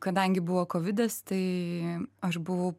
kadangi buvo kovidas tai aš buvau